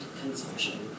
consumption